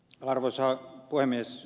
arvoisa puhemies